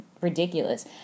Ridiculous